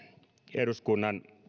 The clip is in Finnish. eduskunnan